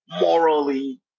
morally